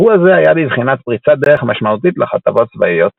אירוע זה היה בבחינת פריצת דרך משמעותית לכתבות צבאיות.